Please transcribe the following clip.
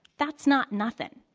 that's not nothing.